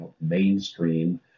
mainstream